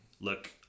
look